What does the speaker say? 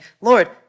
Lord